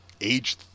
age